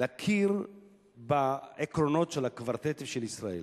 להכיר בעקרונות של הקוורטט ושל ישראל.